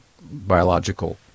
biological